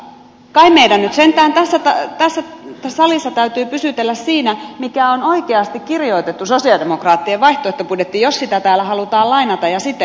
kai meidän nyt sentään tässä salissa täytyy pysytellä siinä mikä on oikeasti kirjoitettu sosialidemokraattien vaihtoehtobudjettiin jos sitä täällä halutaan lainata ja siteerata